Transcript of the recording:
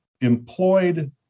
employed